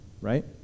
right